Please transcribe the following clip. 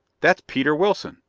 that's peter wilson,